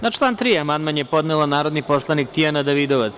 Na član 3. amandman je podnela narodni poslanik Tijana Davidovac.